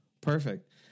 Perfect